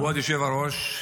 כבוד היושב-ראש,